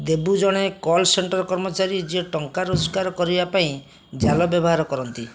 ଦେବୁ ଜଣେ କଲ୍ସେଣ୍ଟର କର୍ମଚାରୀ ଯିଏ ଟଙ୍କା ରୋଜଗାର କରିବା ପାଇଁ ଜାଲ ବ୍ୟବହାର କରନ୍ତି